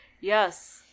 Yes